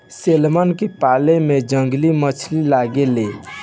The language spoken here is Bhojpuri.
सेल्मन के पाले में जंगली मछली लागे ले